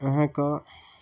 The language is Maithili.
अहाँके